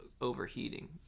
overheating